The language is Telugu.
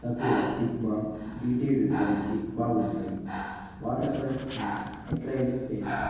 సాకుర పిగ్మా డీటెయిల్డ్ డ్రాయింగ్కి బాగుంటాయి water colours and acrylic paints